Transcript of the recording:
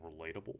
relatable